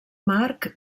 marc